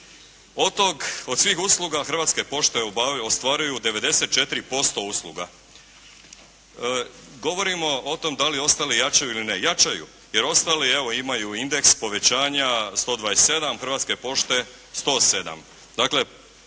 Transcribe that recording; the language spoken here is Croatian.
od svih usluga Hrvatske pošte ostvaruju 94% usluga. Govorimo o tome da li ostali jačaju ili ne. Jačaju, jer ostali evo imaju indeks povećanja 127, Hrvatske pošte 107.